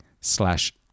slash